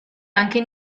anche